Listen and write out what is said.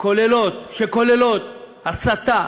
שכוללות הסתה